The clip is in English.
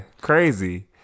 Crazy